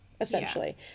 essentially